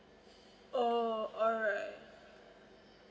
oh alright